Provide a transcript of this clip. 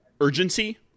urgency